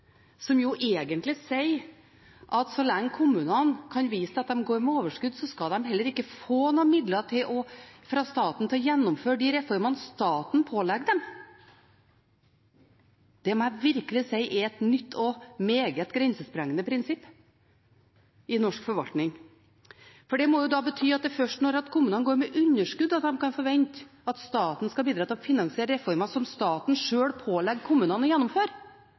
så lenge kommunene kan vise til at de går med overskudd, skal de heller ikke få noen midler fra staten til å gjennomføre de reformene som staten pålegger dem. Det må jeg virkelig si er et nytt og meget grensesprengende prinsipp i norsk forvaltning. Det må da bety at det er først når kommunene går med underskudd de kan forvente at staten skal bidra til å finansiere reformer som staten sjøl pålegger kommunene å gjennomføre.